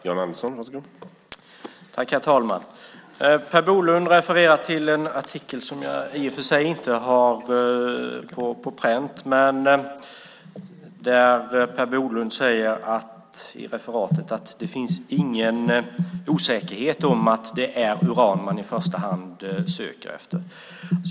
Herr talman! Per Bolund refererar till en artikel som jag i och för sig inte har på pränt. Men han säger i referatet att det inte finns någon osäkerhet om att det är uran som man i första hand söker efter.